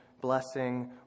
blessing